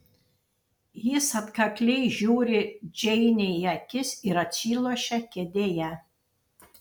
jis atkakliai žiūri džeinei į akis ir atsilošia kėdėje